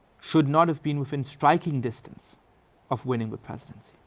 should not have been within striking distance of winning the presidency.